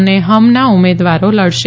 અને હમના ઉમેદવારો લડશે